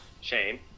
Shame